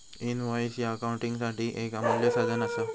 invoice ह्या अकाउंटिंगसाठी येक अमूल्य साधन असा